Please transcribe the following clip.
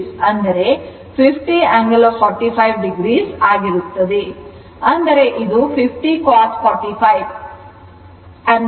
ಅಂದರೆ ಇದು 50 cos 45 ಅಂದರೆ 50 √ 2 j 50 √ 2 ಆಗಿರುತ್ತದೆ